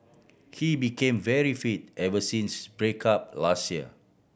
he became very fit ever since break up last year